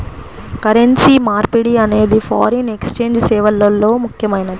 currency మార్పిడి అనేది foreign exchange సేవల్లో ముఖ్యమైనది